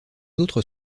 autres